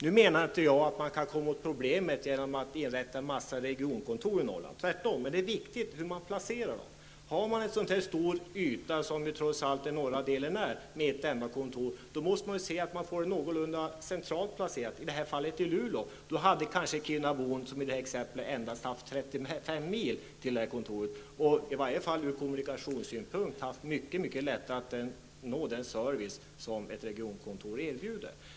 Jag anser inte att man kommer åt problemen genom att inrätta en massa regionkontor i Norrland -- tvärtom. Men det är viktigt hur man placerar dem. När det gäller en så pass stor yta som det här trots allt är fråga om med ett enda kontor, måste man se till att man får en någorlunda central placering, i detta fall i Luleå. Då hade kirrunabon bara haft 35 mil till kontoret och hade haft mycket lättare att nå den service som ett regionkontor erbjuder.